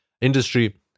industry